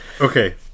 okay